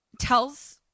tells